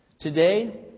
Today